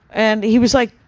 and he was like,